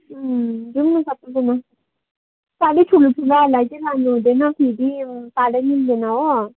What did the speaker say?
जाउँ न सबैजना साह्रै ठुलो ठुलोहरूलाई चाहिँ लानुहुँदैन फेरि पारै मिल्दैन हो